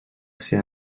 ser